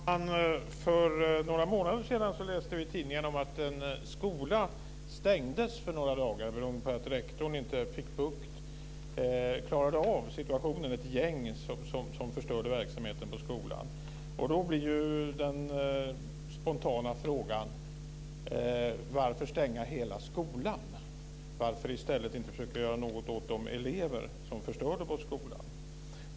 Herr talman! För några månader sedan läste vi i tidningen om att en skola stängdes några dagar beroende på att rektorn inte klarade av situationen när ett gäng förstörde verksamheten på skolan. Då blir den spontana frågan: Varför stänga hela skolan? Varför inte i stället försöka göra något åt de elever som förstörde på skolan?